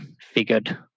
figured